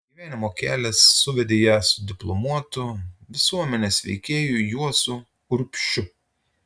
gyvenimo kelias suvedė ją su diplomuotu visuomenės veikėju juozu urbšiu